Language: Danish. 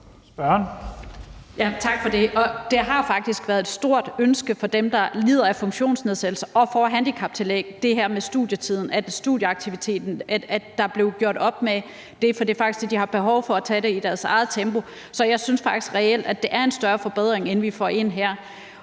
faktisk været et stort ønske fra dem, der lider af funktionsnedsættelse og får handicaptillæg, for de har behov for at tage det i deres eget tempo. Så jeg synes faktisk reelt, at det er en større forbedring, vi får ind her.